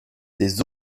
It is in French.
des